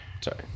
Sorry